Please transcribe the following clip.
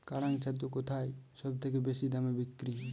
কাড়াং ছাতু কোথায় সবথেকে বেশি দামে বিক্রি হয়?